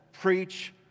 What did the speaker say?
Preach